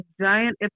giant